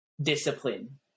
discipline